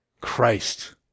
Christ